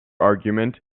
argument